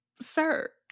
Sir